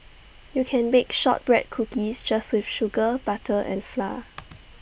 you can bake Shortbread Cookies just with sugar butter and flour